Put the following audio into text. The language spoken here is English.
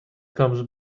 comes